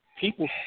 people